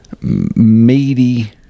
meaty